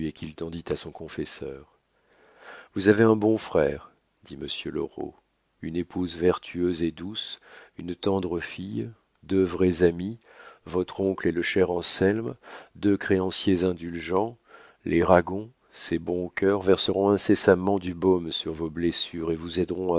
qu'il tendit à son confesseur vous avez un bon frère dit monsieur loraux une épouse vertueuse et douce une tendre fille deux vrais amis votre oncle et le cher anselme deux créanciers indulgents les ragon ces bons cœurs verseront incessamment du baume sur vos blessures et vous aideront